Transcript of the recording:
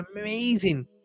amazing